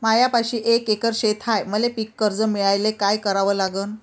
मायापाशी एक एकर शेत हाये, मले पीककर्ज मिळायले काय करावं लागन?